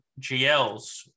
GLs